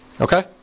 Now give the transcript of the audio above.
Okay